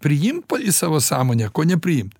priim p į savo sąmonę ko nepriimt